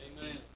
Amen